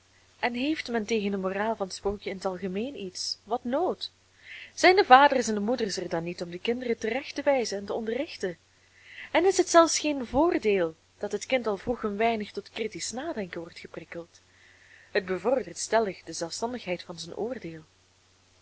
en heeft men tegen de moraal van t sprookje in t algemeen iets wat nood zijn de vaders en de moeders er dan niet om de kinderen terecht te wijzen en te onderrichten en is het zelfs geen voordeel dat het kind al vroeg een weinig tot kritisch nadenken wordt geprikkeld het bevordert stellig de zelfstandigheid van zijn oordeel